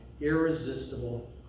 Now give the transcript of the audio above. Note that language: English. irresistible